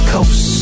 Coast